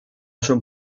son